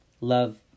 love